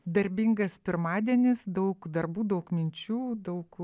darbingas pirmadienis daug darbų daug minčių daug